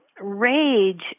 rage